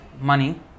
money